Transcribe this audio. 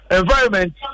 environment